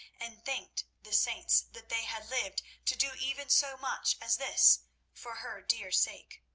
and thanked the saints that they had lived to do even so much as this for her dear sake.